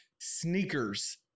sneakers